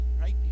right